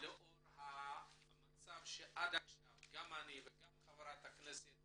לאור המצב שעד עכשיו גם אני וגם חברת הכנסת